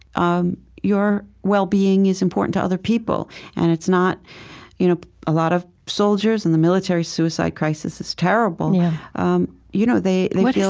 um your well-being is important to other people and it's not you know a lot of soldiers in the military, suicide crisis is terrible yeah um you know, they they but feel,